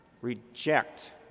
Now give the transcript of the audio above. reject